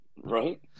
Right